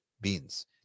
beans